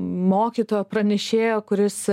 mokytojo pranešėjo kuris